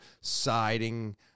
siding